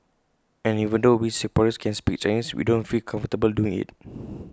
and even though we Singaporeans can speak Chinese we don't feel comfortable doing IT